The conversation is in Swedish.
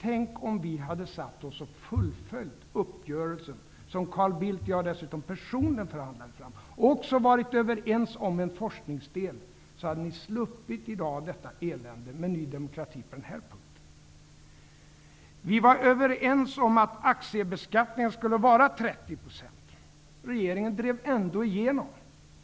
Tänk om vi hade fullföljt uppgörelsen, som Carl Bildt och jag dessutom personligen förhandlade fram, och varit överens om en forskningsdel. Då hade ni i dag sluppit eländet med Ny demokrati på den här punkten. Vi var överens om att aktiebeskattningen skulle vara 30 %. Regeringen drev ändå igenom